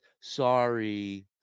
sorry